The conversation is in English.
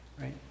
right